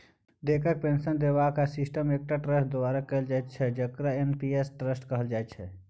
देशक पेंशन देबाक सिस्टम एकटा ट्रस्ट द्वारा कैल जाइत छै जकरा एन.पी.एस ट्रस्ट कहल जाइत छै